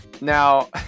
Now